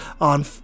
on